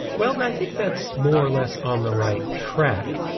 well i think that's more or less on the right track.